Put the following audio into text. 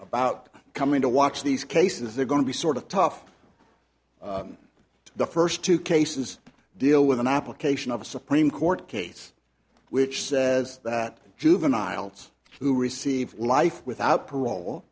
about coming to watch these cases are going to be sort of tough the first two cases deal with an application of a supreme court case which says that juveniles who receive life without parole